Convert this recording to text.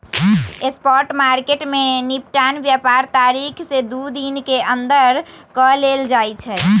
spot market में निपटान व्यापार तारीख से दू दिन के अंदर कऽ लेल जाइ छइ